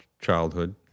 childhood